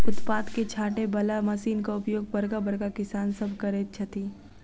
उत्पाद के छाँटय बला मशीनक उपयोग बड़का बड़का किसान सभ करैत छथि